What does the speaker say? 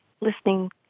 Listening